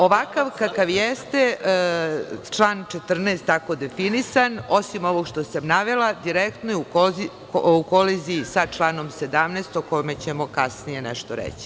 Ovakav kakav jeste, član 14. tako definisan, osim ovog što sam navela, direktno je u koliziji sa članom 17. o kome ćemo kasnije nešto reći.